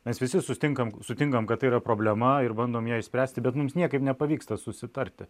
mes visi sutinkam sutinkam kad tai yra problema ir bandom ją išspręsti bet mums niekaip nepavyksta susitarti